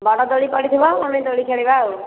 ବଡ଼ ଦୋଳି ପଡ଼ିଥିବ ଆମେ ଦୋଳି ଖେଳିବା ଆଉ